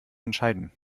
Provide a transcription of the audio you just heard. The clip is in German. entscheiden